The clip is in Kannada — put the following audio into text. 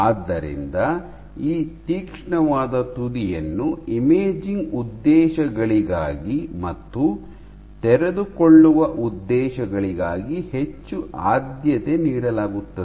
ಆದ್ದರಿಂದ ಈ ತೀಕ್ಷ್ಣವಾದ ತುದಿಯನ್ನು ಇಮೇಜಿಂಗ್ ಉದ್ದೇಶಗಳಿಗಾಗಿ ಮತ್ತು ತೆರೆದುಕೊಳ್ಳುವ ಉದ್ದೇಶಗಳಿಗಾಗಿ ಹೆಚ್ಚು ಆದ್ಯತೆ ನೀಡಲಾಗುತ್ತದೆ